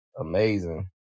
amazing